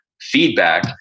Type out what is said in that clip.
feedback